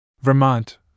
Vermont